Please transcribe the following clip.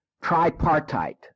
tripartite